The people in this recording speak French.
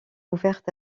ouvertes